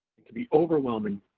and can be overwhelming.